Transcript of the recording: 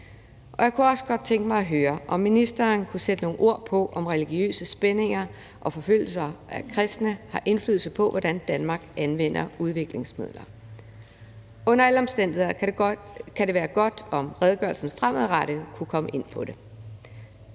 Jeg kunne også godt tænke mig at høre, om ministeren kunne sætte nogle ord på, om religiøse spændinger og forfølgelse af kristne har indflydelse på, hvordan Danmark anvender udviklingsmidler. Under alle omstændigheder kunne det være godt, om redegørelser fremadrettet kunne komme ind på det.